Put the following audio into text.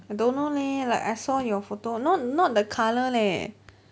I don't know leh like I saw your photo not not the colour leh